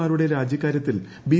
മാരുടെ രാജിക്കാര്യത്തിൽ ബി